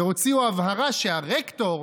והוציאו הבהרה שהרקטור,